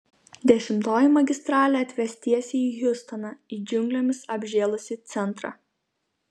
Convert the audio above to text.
dešimtoji magistralė atves tiesiai į hjustoną į džiunglėmis apžėlusį centrą